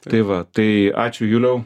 tai va tai ačiū juliau